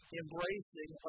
embracing